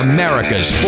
America's